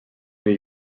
new